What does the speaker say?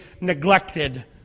neglected